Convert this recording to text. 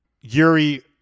Yuri